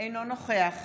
אינו נוכח